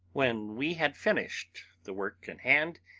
when we had finished the work in hand,